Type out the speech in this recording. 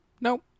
Nope